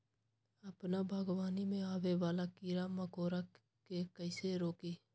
अपना बागवानी में आबे वाला किरा मकोरा के कईसे रोकी?